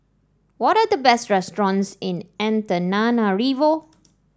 what are the best restaurants in Antananarivo